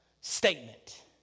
statement